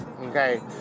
okay